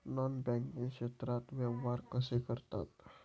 Non banking क्षेत्रात व्यवहार कसे करतात?